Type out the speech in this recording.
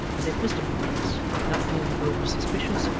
that if mr brass, not being over-suspicious,